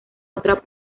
otra